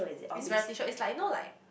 is my Tshirt is like you know like